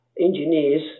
engineers